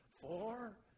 four